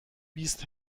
بیست